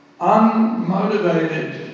unmotivated